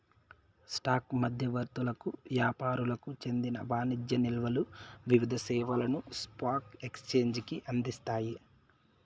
stock మధ్యవర్తులకు యాపారులకు చెందిన వాణిజ్య నిల్వలు వివిధ సేవలను స్పాక్ ఎక్సేంజికి అందిస్తాయి